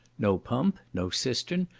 no pump, no cistern,